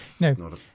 no